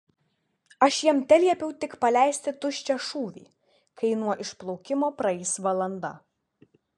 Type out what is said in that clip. aš jam teliepiau tik paleisti tuščią šūvį kai nuo išplaukimo praeis valanda